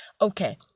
okay